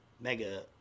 mega